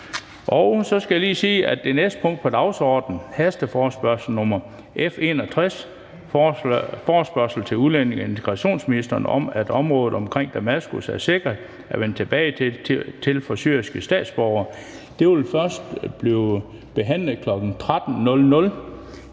Så skal jeg lige sige, at det næste punkt på dagsordenen, hasteforespørgsel nr. F 61, forespørgsel til udlændinge- og integrationsministeren om, at området omkring Damaskus er sikkert at vende tilbage til for syriske statsborgere, først vil blive behandlet kl. 13.00